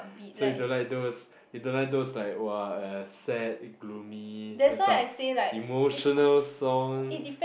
so you don't like those you don't like those like !wah! uh sad gloomy those type of emotional songs